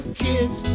kids